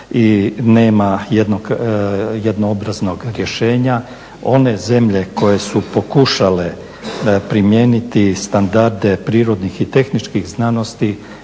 i nema jednoobraznog rješenja, one zemlje koje su pokušale primijeniti standarde prirodnih i tehničkih znanosti